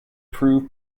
prove